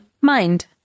mind